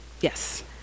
yes